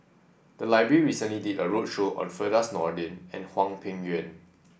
the library recently did a roadshow on Firdaus Nordin and Hwang Peng Yuan